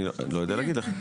אני לא יודע להגיד לך.